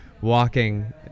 walking